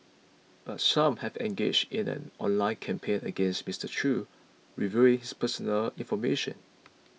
but some have engaged in an online campaign against Mister Chew revealing his personal information